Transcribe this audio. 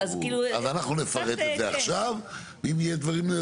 אז אנחנו נפרט את זה עכשיו ואם יהיו דברים.